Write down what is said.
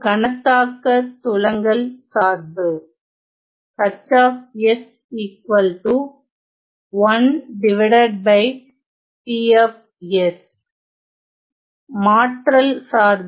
கணத்தாக்கத் துலங்கல் சார்பு மாற்றல் சார்பு